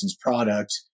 product